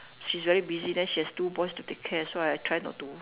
she's very busy then she has two boys to take care so I try not to